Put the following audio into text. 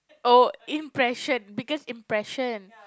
oh impression because impression